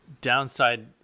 downside